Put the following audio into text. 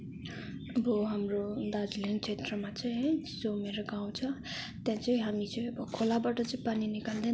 अबो हाम्रो दार्जिलिङ क्षेत्रमा चाहिँ है सो मेरो गाउँ छ त्यहाँ चाहिँ हामी चाहिँ खोलाबट चाहिँ पानी निकाल्दैन